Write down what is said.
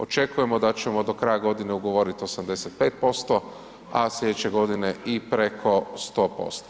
Očekujemo da ćemo do kraja godine ugovoriti 85%, a sljedeće godine i preko 100%